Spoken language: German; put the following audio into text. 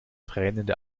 tränende